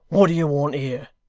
what do you want here